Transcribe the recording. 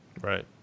Right